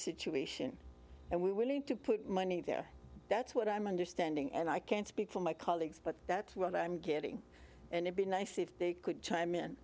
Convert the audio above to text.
situation and we need to put money there that's what i'm understanding and i can't speak for my colleagues but that's what i'm getting and it be nice if they could chime in